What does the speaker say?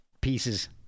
pieces